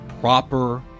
proper